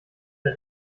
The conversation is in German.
der